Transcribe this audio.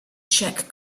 czech